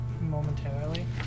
momentarily